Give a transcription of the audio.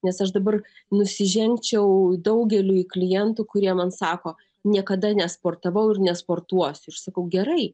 nes aš dabar nusižengčiau daugeliui klientų kurie man sako niekada nesportavau ir nesportuosiu ir aš sakau gerai